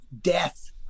Death